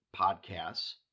podcasts